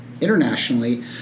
internationally